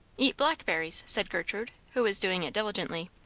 eat blackberries, said gertrude, who was doing it diligently.